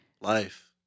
life